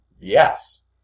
Yes